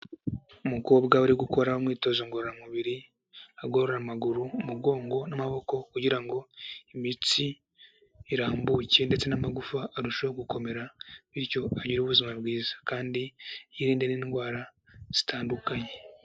Umukobwa uri gukora umwitozo ngororamubiri, agorora amaguru, umugongo n'amaboko, kugira ngo imitsi irambuke ndetse n'amagufa arushaho gukomera, bityo agire ubuzima bwiza. Kandi yirinde n'indwara zitandukanye.